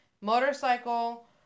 motorcycle